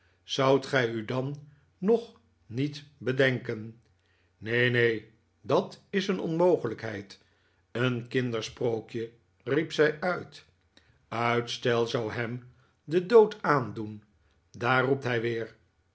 zoudt gij u dan nog niet bedenken neen neen dat is een onmogelijkheid een kindersprookje riep zij uit uitstel zou hem den dood aandoen daar roept hij weer